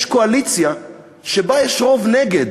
יש קואליציה שבה יש רוב נגד.